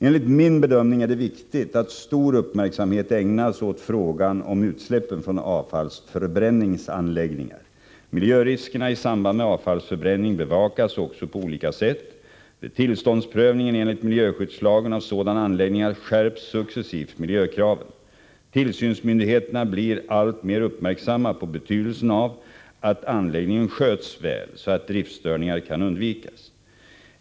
Enligt min bedömning är det viktigt att stor uppmärksamhet ägnas åt frågan om utsläppen från avfallsförbränningsanläggningar. Miljöriskerna i samband med avfallsförbränning bevakas också på olika sätt. Vid tillståndsprövningen enligt miljöskyddslagen av sådana anläggningar skärps successivt miljökraven. Tillsynsmyndigheterna blir alltmer uppmärksamma på betydelsen av att anläggningen sköts väl så att driftstörningar kan undvikas.